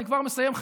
אני כבר מסיים,